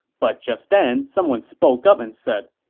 but just then, someone spoke up and said,